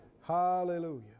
Hallelujah